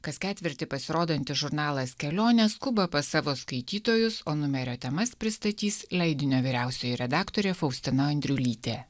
kas ketvirtį pasirodantis žurnalas kelionė skuba pas savo skaitytojus o numerio temas pristatys leidinio vyriausioji redaktorė faustina andriulytė